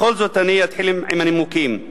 בכל זאת, אני אתחיל עם הנימוקים.